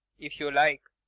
if you like.